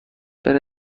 برنج